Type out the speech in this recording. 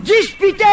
Disputer